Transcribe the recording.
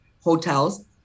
hotels